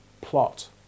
plot